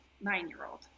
nine-year-old